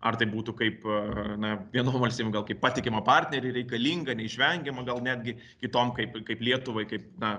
ar tai būtų kaip na vienom valstybėm gal kaip patikimą partnerį reikalingą neišvengiamą gal netgi kitom kaip kaip lietuvai kaip na